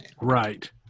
Right